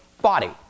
body